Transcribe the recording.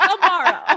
tomorrow